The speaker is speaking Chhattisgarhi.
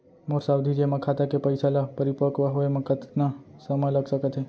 मोर सावधि जेमा खाता के पइसा ल परिपक्व होये म कतना समय लग सकत हे?